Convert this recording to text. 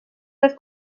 les